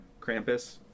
Krampus